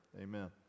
Amen